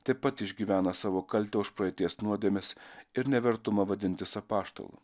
taip pat išgyvena savo kaltę už praeities nuodėmes ir nevertumą vadintis apaštalu